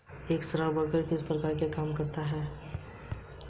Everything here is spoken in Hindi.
एक स्टॉकब्रोकर किस प्रकार का काम करता है?